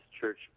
church